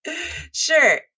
sure